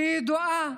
שידועה